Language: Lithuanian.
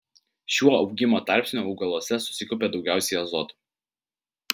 šiuo augimo tarpsniu augaluose susikaupia daugiausiai azoto